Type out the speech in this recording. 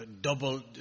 double